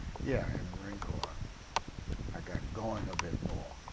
yeah, in the marine corps i got going a bit more.